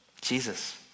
Jesus